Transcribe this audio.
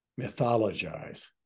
mythologize